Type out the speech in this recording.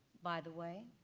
by the way,